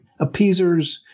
appeasers